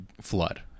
flood